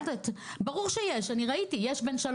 ברור שיש כל מיני תקופות,